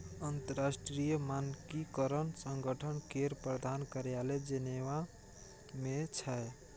अंतरराष्ट्रीय मानकीकरण संगठन केर प्रधान कार्यालय जेनेवा मे छै